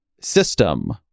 system